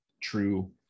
true